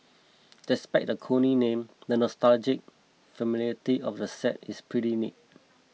despite the corny name the nostalgic familiarity of the set is pretty neat